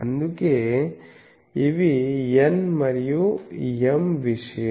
అందుకే ఇవి n మరియు m విషయం